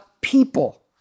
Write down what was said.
people